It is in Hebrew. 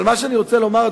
אבל מה שאני רוצה לומר,